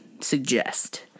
suggest